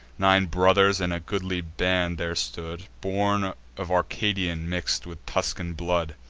nine brothers in a goodly band there stood, born of arcadian mix'd with tuscan blood,